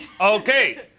Okay